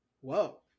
whoa